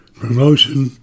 promotion